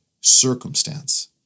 circumstance